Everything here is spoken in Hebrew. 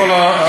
כבר שאלה אחרת.